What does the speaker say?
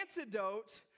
antidote